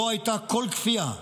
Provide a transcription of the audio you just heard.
לא הייתה כל כפייה.